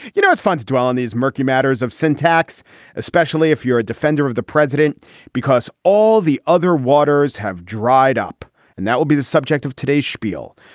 you know it's fun to dwell on these murky matters of syntax especially if you're a defender of the president because all the other waters have dried up and that will be the subject of today's spiel.